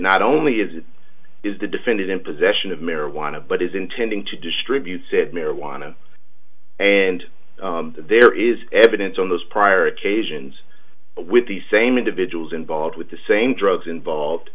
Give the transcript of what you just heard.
not only is it is the defendant in possession of marijuana but is intending to distribute said marijuana and there is evidence on those prior occasions with the same individuals involved with the same drugs involved